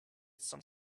some